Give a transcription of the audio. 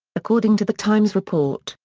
according to the times report,